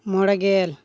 ᱢᱚᱬᱮᱜᱮᱞ